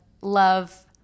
love